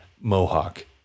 mohawk